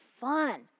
fun